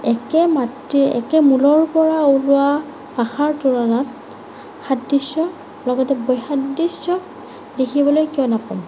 একে মাতৃৰে একে মূলৰ পৰা ওলোৱা ভাষাৰ তুলনাত সাদৃশ্য লগতে বৈসাদৃশ্য দেখিবলৈ কিয় নাপাম